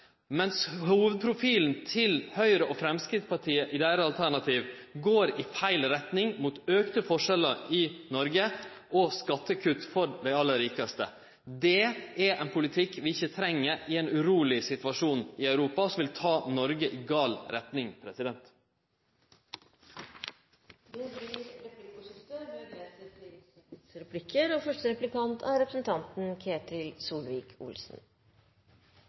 mens hovudprofilen i alternativet til Høgre og Framstegspartiet peiker i feil retning – mot auka forskjellar i Noreg og skattekutt for dei aller rikaste. Det er ein politikk vi ikkje treng i ein uroleg situasjon i Europa, og som vil ta Noreg i gal retning. Det blir replikkordskifte. Talen her minner litt om propagandataler vi hørte fra Sovjetunionen, spesielt siden representanten begynte på